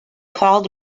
called